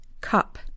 Cup